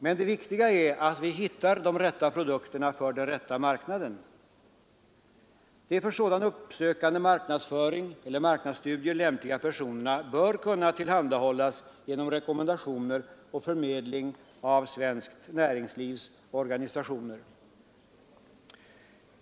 men det viktiga är att vi hittar de rätta produkterna för den rätta marknaden. De för sådan uppsökande marknadsföring eller sådana marknadsstudier lämpliga personerna bör kunna tillhandahållas genom rekommendationer och förmedling av svenskt näringslivs organisationer.